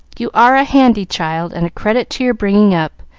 you are a handy child and a credit to your bringing up,